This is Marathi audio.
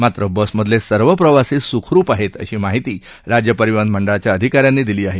मात्र बसमधले सर्व प्रवासी सुखरूप आहेत अशी माहिती राज्य परिवहन मंडळाच्या अधिकाऱ्यांनी दिली आहे